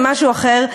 של משהו אחר.